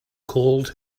cold